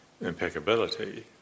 impeccability